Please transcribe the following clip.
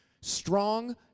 Strong